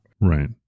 Right